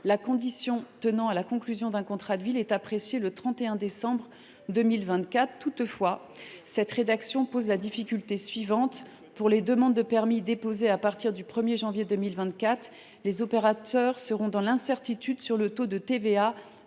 la condition tenant à la conclusion d’un contrat de ville est appréciée au 31 décembre 2024. Toutefois, cette rédaction pose la difficulté suivante : pour les demandes de permis déposées à partir du 1 janvier 2024, les opérateurs seront dans l’incertitude quant au taux de TVA